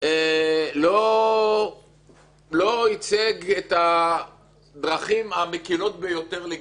לא ייצג את הדרכים המקלות ביותר לגיור.